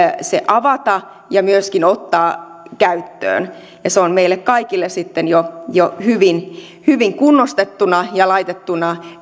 avata ja myöskin ottaa käyttöön ja se on meille kaikille sitten jo jo hyvin hyvin kunnostettuna ja laitettuna